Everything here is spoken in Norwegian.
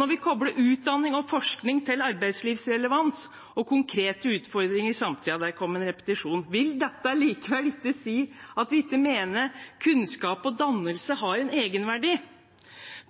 Når vi kobler utdanning og forskning til arbeidslivsrelevans og konkrete utfordringer i samtiden, vil dette likevel ikke si at vi ikke mener at kunnskap og dannelse har en egenverdi.